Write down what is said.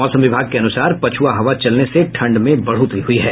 मौसम विभाग के अनुसार पछुआ हवा चलने से ठंड में बढ़ोतरी हुई है